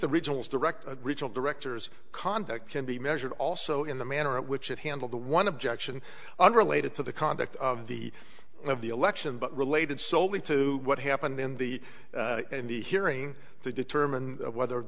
the regional director regional directors conduct can be measured also in the manner in which it handled the one objection unrelated to the conduct of the of the election but related solely to what happened in the in the hearing to determine whether